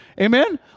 Amen